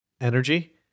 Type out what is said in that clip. energy